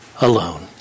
alone